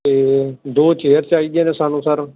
ਅਤੇ ਦੋ ਚੇਅਰ ਚਾਹੀਦੀਆਂ ਨੇ ਸਾਨੂੰ ਸਰ